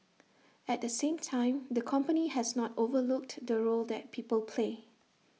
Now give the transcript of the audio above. at the same time the company has not overlooked the role that people play